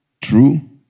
true